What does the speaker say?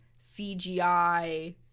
CGI